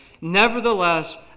Nevertheless